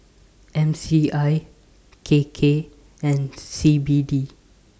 M C I K K and C B D